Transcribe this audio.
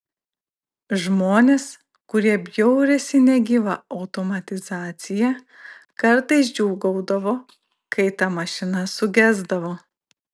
žmonės kurie bjaurisi negyva automatizacija kartais džiūgaudavo kai ta mašina sugesdavo